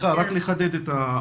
לחדד.